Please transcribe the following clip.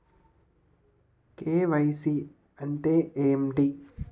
KYC అంటే ఏంటి?